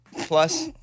plus